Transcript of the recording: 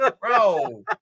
Bro